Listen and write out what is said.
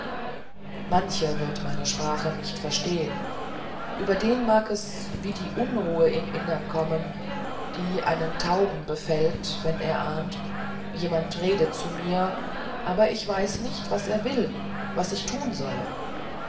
mancher wird meine sprache nicht verstehen über den mag es wie die unruhe im innern kommen die einen tauben befällt wenn er ahnt jemand redet zu mir aber ich weiß nicht was er will das ich tun solle